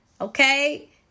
okay